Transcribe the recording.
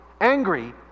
angry